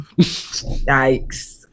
Yikes